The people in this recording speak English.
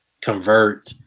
convert